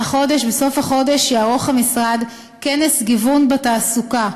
בסוף החודש יערוך המשרד כנס גיוון בתעסוקה,